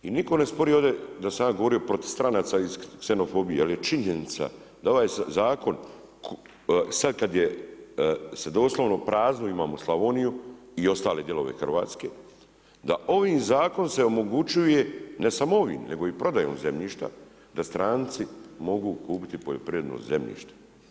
I niko ne spori ovdje da sam ja govorio protiv stranaca i ksenofobije jel je činjenica da ovaj zakon sada kada doslovno imamo praznu Slavoniju i ostale dijelove Hrvatske, da ovim zakonom se omogućuje ne samo ovi, nego i prodajom zemljišta, da stranci mogu kupiti poljoprivredno zemljište.